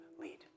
lead